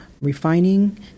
refining